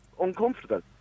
uncomfortable